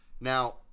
Now